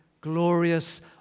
glorious